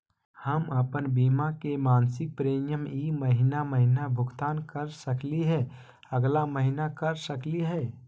हम अप्पन बीमा के मासिक प्रीमियम ई महीना महिना भुगतान कर सकली हे, अगला महीना कर सकली हई?